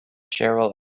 cheryl